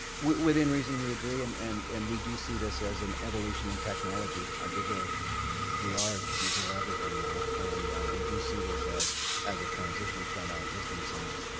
within reason we agree. and and and we do see this as an evolution in technology. a digital we are digital everything now. and we do see this as as a transition from our existing signs.